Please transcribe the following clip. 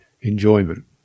enjoyment